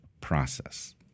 process